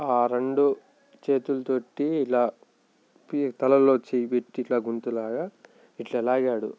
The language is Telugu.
ఆ రెండు చేతులతోటి ఇలా తి తలలో చేయి పెట్టి ఇలా గుంతలాగా ఇట్లా లాగాడు